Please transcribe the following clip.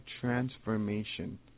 transformation